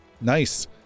Nice